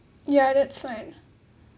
ya that's fine